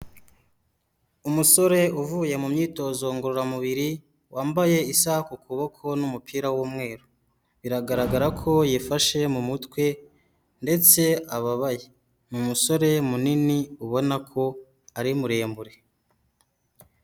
Umusore uvuye mu myitozo ngororamubiri, wambaye isaha ku kuboko n'umupira w'umweru, biragaragara ko yifashe mu mutwe ndetse ababaye, ni umusore munini ubona ko ari muremure.